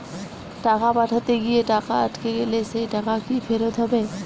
টাকা পাঠাতে গিয়ে টাকা আটকে গেলে সেই টাকা কি ফেরত হবে?